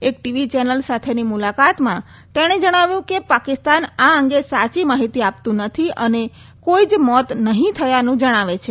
એક TV channel સાથેની મુલાકાતમાં તેણે જણાવ્યું કે પાકિસ્તાન આ અંગે સાચી માહિતી આપતું નથી અને કોઈ જ મોત નહીં થયાનું જણાવે છે